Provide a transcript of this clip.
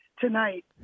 tonight